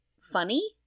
funny